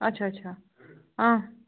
اچھا اچھا